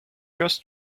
just